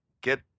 get